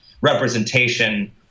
representation